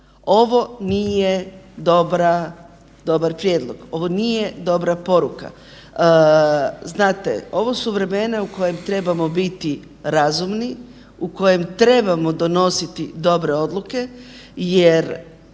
ovo nije dobar prijedlog, ovo nije dobra poruka. Znate, ovo su vremena u kojima trebamo biti razumni u kojem trebamo donositi dobre odluke jer